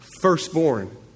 firstborn